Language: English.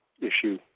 issue